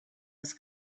was